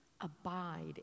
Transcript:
abide